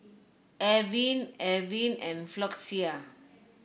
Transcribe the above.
Avene Avene and Floxia